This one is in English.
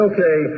Okay